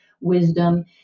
wisdom